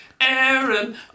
Aaron